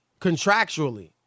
contractually